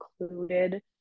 included